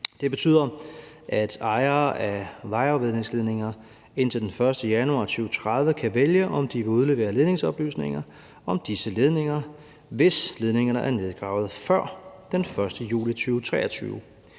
Det betyder, at ejere af vejafvandingsledninger indtil den 1. januar 2030 kan vælge, om de vil udlevere ledningsoplysningen om disse ledninger, hvis ledningerne er nedgravet før den 1. juli 2023.